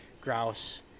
grouse